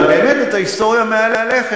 אבל באמת אתה היסטוריה מהלכת.